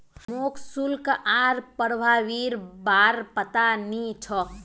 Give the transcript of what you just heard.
मोक शुल्क आर प्रभावीर बार पता नइ छोक